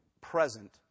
present